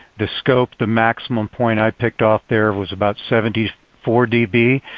the scope, the maximum point i picked off there was about seventy four db.